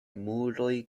muroj